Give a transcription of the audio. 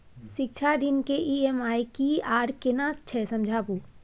शिक्षा ऋण के ई.एम.आई की आर केना छै समझाबू?